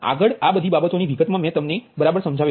આગળ આ બધી બાબતોને વિગતમાં મેં તમને બરાબર સમજાવ્યું છે